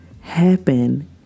happen